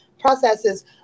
processes